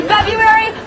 February